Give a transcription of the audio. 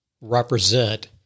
represent